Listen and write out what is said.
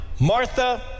Martha